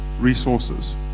resources